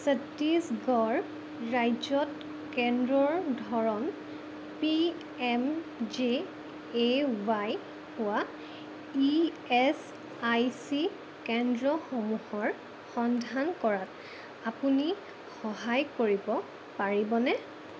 ছত্তীশগড় ৰাজ্যত কেন্দ্ৰৰ ধৰণ P M J A Y হোৱা ই এছ আই চি কেন্দ্ৰসমূহৰ সন্ধান কৰাত আপুনি সহায় কৰিব পাৰিবনে